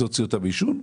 זה הוציא אותם מהעישון.